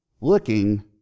looking